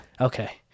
Okay